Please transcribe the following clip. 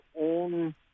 own